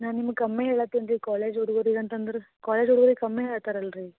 ನಾನು ನಿಮ್ಗೆ ಕಮ್ಮಿ ಹೇಳತೀನಿ ರೀ ಕಾಲೇಜ್ ಹುಡುಗುರಿಗ್ ಅಂತಂದ್ರೆ ಕಾಲೇಜ್ ಹುಡುಗ್ರಿಗ್ ಕಮ್ಮಿ ಹೇಳ್ತಾರೆ ಅಲ್ರಿ